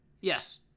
Yes